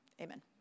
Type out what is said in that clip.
Amen